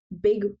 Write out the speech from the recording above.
big